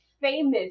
famous